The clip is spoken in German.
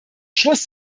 schluss